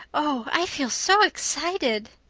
oh, i feel so excited.